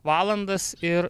valandas ir